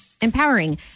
empowering